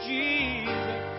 Jesus